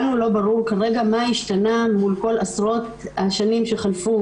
לנו לא ברור כרגע מה השתנה מול כל עשרות השנים שחלפו